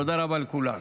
תודה רבה לכולם.